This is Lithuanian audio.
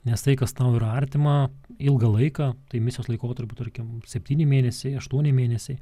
nes tai kas tau yra artima ilgą laiką tai misijos laikotarpį tarkim septyni mėnesiai aštuoni mėnesiai